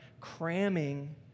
cramming